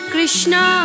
Krishna